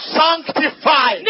sanctify